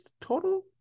total